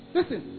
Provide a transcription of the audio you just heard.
Listen